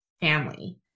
family